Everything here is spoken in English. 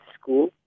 school